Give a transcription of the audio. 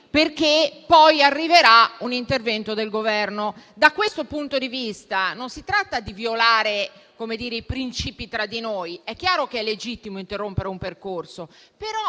perché poi arriverà un intervento del Governo. Da questo punto di vista, non si tratta di violare i principi tra di noi - è chiaro che è legittimo interrompere un percorso -